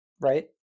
right